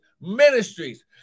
ministries